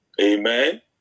Amen